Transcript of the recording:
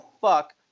fuck